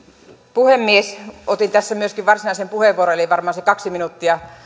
puhemies otin tässä myöskin varsinaisen puheenvuoron eli varmaan se kaksi minuuttia